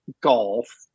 golf